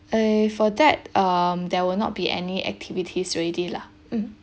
eh for that um there will not be any activities already lah mm